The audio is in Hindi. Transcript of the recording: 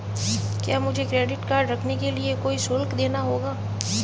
क्या मुझे क्रेडिट कार्ड रखने के लिए कोई शुल्क देना होगा?